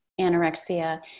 anorexia